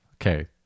Okay